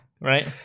right